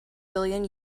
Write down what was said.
billion